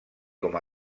com